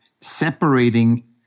separating